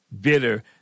bitter